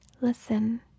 listen